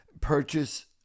Purchase